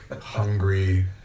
hungry